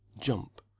jump